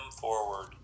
forward